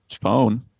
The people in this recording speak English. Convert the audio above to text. phone